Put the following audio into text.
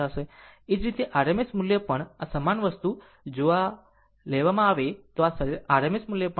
એ જ રીતે RMS મૂલ્ય પણ સમાન વસ્તુ જો જો આ જોવામાં આવે તો આ RMS મૂલ્ય પણ 2 છે